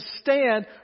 stand